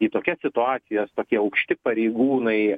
į tokias situacijas tokie aukšti pareigūnai